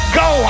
go